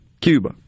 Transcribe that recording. Cuba